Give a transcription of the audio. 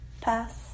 Pass